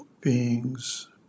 beings